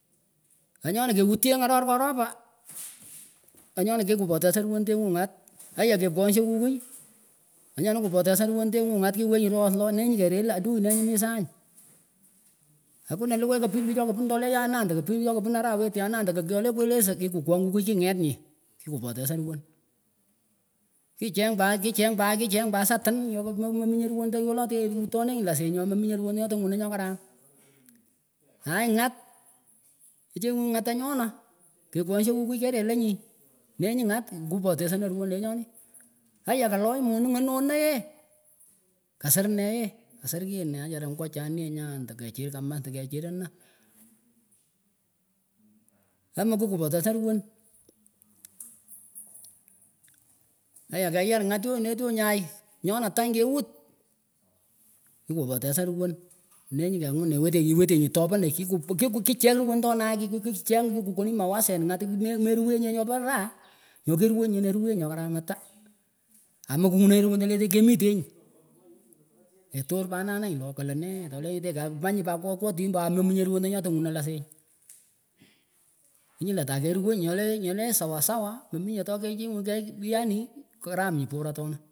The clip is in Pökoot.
Kanyonah kewutyah ngaror keropan kanyonah kikupotesan ruwahndenguh ngat haiyah kepkwongshah kukiy onyonah kikupotesan ruwendenguhh ngat kiwenyih ros loh nenyih kereluh adui nenyin mih sany akuna likuy kapich choh kapin chleh yanah endah kapich choh kapin arahwet yandah enda kyole kwelesah kikuh kwang kukiy kingetanyih kikupotesan ruwon kicheng pat kicheng pat satin nyopah mememinyeh ruwandah nyoh tangunah nyoh karam ai ngat kchenguh ntany onah kekwongshah kuky kerelenyin nenyih nenyighat kupotesenah ruwondah lenyonih itayah kalok monugh anahonahyeh kasir neeyeh kasir kienah wechara kasir ngwachon yeh nyah anah kechir kamas enda kechir ana amkukupotesan ruwon itayah keyar ngat tyonah tyonah chay nyonah tany kewut kikupotesan ruwon nenyih kengun mewetenyih iwetenyih topanay kikuh kicheng ruwondohnay kikuh kikukoninyih mawasen ngat mer meruwenyityeh nyopah raha nyoh keruwenyih nyinah keruwenyih nyoh karam atah amakungunenyah ruwondah latikemitenyih ketor pa nanyeh loh keelenee tolenyeteh kakpah nyuh pat kokwatinyih pat mominyeh ruwondah nyoh tohngunah lasing knyull atah keruwenyih nyoleh nyoleh sawasawa meminyeh tokechengunyih key yani karam por atonah.